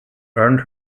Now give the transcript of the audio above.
earned